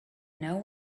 know